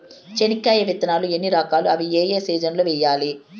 చెనక్కాయ విత్తనాలు ఎన్ని రకాలు? అవి ఏ ఏ సీజన్లలో వేయాలి?